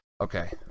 Okay